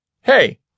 Hey